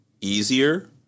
easier